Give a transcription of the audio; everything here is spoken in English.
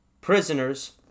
prisoners